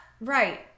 right